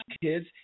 kids